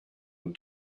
and